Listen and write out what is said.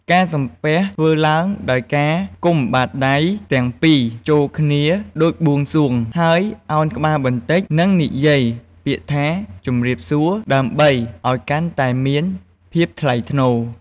ការសំពះធ្វើឡើងដោយការផ្គុំបាតដៃទាំងពីរចូលគ្នាដូចបួងសួង ហើយឱនក្បាលបន្តិច និងនិយាយពាក្យថា ជម្រាបសួរ ដើម្បីអោយកាន់តែមានភាពថ្លៃថ្នូរ។